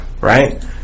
right